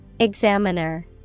Examiner